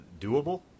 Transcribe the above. doable